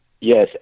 Yes